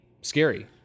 scary